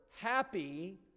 Happy